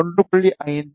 5 2